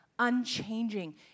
unchanging